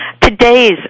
today's